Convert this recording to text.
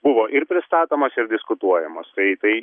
buvo ir pristatomos ir diskutuojamos tai tai